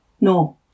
No